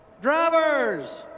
drivers,